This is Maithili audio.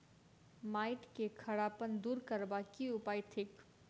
माटि केँ खड़ापन दूर करबाक की उपाय थिक?